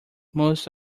most